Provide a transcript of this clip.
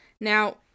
Now